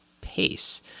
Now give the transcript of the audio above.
pace